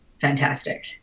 fantastic